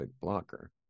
blocker